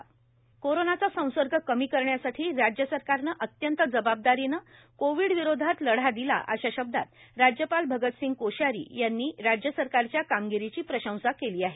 प्रजासत्ताक दिन राज्यनागपूर कोरोनाचा संसर्ग कमी करण्यासाठी राज्य सरकारनं अत्यंत जबाबदारीनं कोविडविरोधात लढा दिला अशा शब्दात राज्यपाल भगतसिंह कोश्यारी यांनी राज्य सरकारच्या कामगिरीची प्रशंसा केली आहे